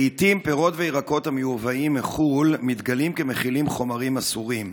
לעיתים פירות וירקות המיובאים מחו"ל מתגלים כמכילים חומרים אסורים.